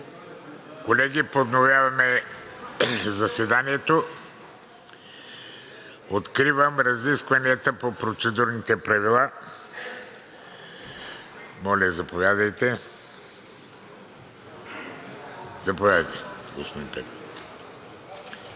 Колеги, подновяваме заседанието. Откривам разискванията по процедурните правила. Заповядайте, господин